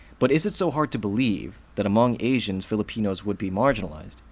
but is it so hard to believe that among asians, filipinos would be marginalized?